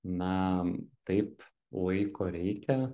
na taip laiko reikia